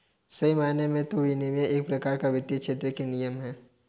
सही मायने में तो विनियमन एक प्रकार का वित्तीय क्षेत्र में नियम है